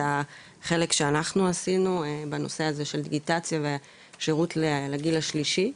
החלק שאנחנו עשינו בנושא של דיגיטציה ושירות לגיל השלישי.